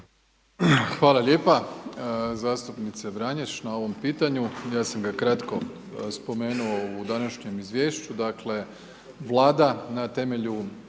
Hvala lijepa zastupnice Vranješ na ovom pitanju. Ja sam ga kratko spomenuo u današnjem izviješću, dakle Vlada na temelju